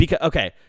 Okay